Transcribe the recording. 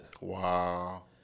Wow